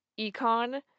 econ